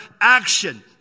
action